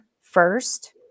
first